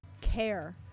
care